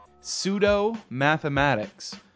pseudo-mathematics